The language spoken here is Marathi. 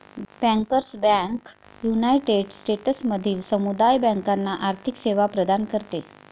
बँकर्स बँक युनायटेड स्टेट्समधील समुदाय बँकांना आर्थिक सेवा प्रदान करते